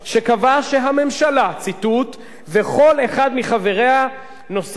"וכל אחד מחבריה נושא באחריות למחדלי המלחמה"?